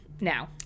now